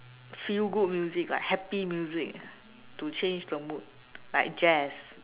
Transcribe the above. feel good music like happy music to change the mood like jazz